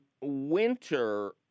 winter